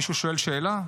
מישהו שואל שאלה.